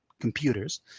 computers